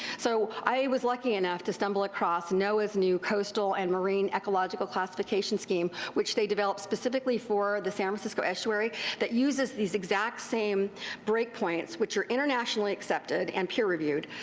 so i was lucky enough to stumble across noaais new coastal and marine ecological classification scheme, which they developed specifically for the san francisco estuary that uses these exact same break points, which are internationally accepted accepted and peer reviewed,